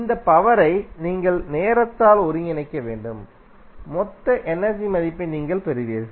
இந்த பவரை நீங்கள் நேரத்தால் ஒருங்கிணைக்க வேண்டும் மொத்த எனர்ஜி மதிப்பை நீங்கள் பெறுவீர்கள்